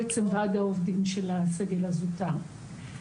בעצם ועד העובדים של הסגל הזוטר.